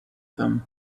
them